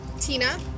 Tina